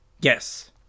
Yes